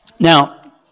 Now